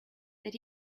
that